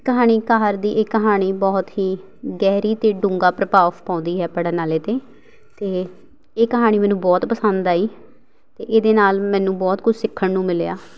ਕਹਾਣੀਕਾਰ ਦੀ ਇਹ ਕਹਾਣੀ ਬਹੁਤ ਹੀ ਗਹਿਰੀ ਅਤੇ ਡੂੰਘਾ ਪ੍ਰਭਾਵ ਪਾਉਂਦੀ ਹੈ ਪੜ੍ਹਨ ਵਾਲੇ 'ਤੇ ਅਤੇ ਇਹ ਕਹਾਣੀ ਮੈਨੂੰ ਬਹੁਤ ਪਸੰਦ ਆਈ ਅਤੇ ਇਹਦੇ ਨਾਲ ਮੈਨੂੰ ਬਹੁਤ ਕੁਛ ਸਿੱਖਣ ਨੂੰ ਮਿਲਿਆ